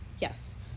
Yes